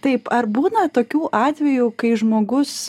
taip ar būna tokių atvejų kai žmogus